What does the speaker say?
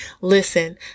Listen